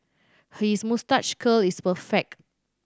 his moustache curl is perfect